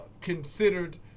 considered